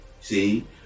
see